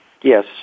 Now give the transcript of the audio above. Yes